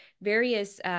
various